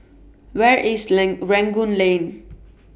Where IS Lane Rangoon Lane